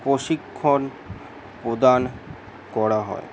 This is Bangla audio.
প্রশিক্ষণ প্রদান করা হয়